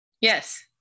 Yes